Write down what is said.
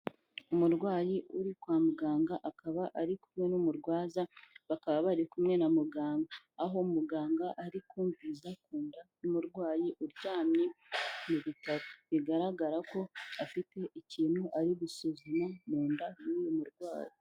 Umurwayi uri kwa muganga, akaba ari kumwe n'umurwaza, bakaba bari kumwe na muganga. Haho muganga ari kumviriza ku nda y'umurwayi uryamye mu bitaro. Bigaragara ko afite ikintu ari gusuzuma mu nda y'uyu murwayi.